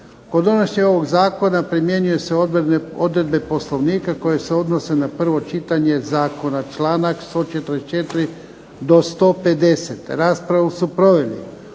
Kod donošenja ovog zakona primjenjuju se odredbe Poslovnika koje se odnose na prvo čitanje zakona, članak 144. do 150. Raspravu su proveli